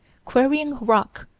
quarrying rock,